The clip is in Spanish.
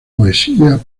poesías